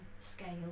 scale